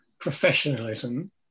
professionalism